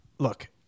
Look